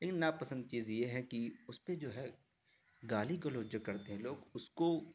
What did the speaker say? ناپسند چیز یہ ہے کہ اس پہ جو ہے گالی گلوچ جو کرتے ہیں لوگ اس کو